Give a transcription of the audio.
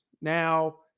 Now